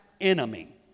enemy